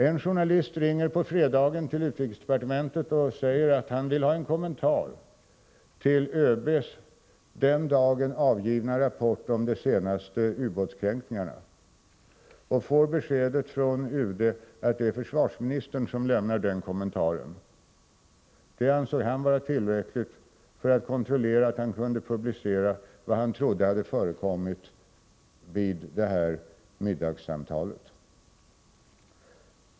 En journalist ringde på fredagen till utrikesdepartementet och sade att han ville ha en kommentar till ÖB:s den dagen avgivna rapport om de senaste ubåtskränkningarna och fick beskedet från UD att det är försvarsministern som lämnar den kommentaren. Detta ansåg han vara tillräckligt för att kontrollera att han kunde publicera vad han trodde hade förekommit vid detta middagssamtal.